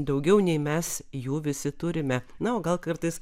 daugiau nei mes jų visi turime na o gal kartais